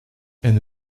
and